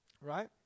right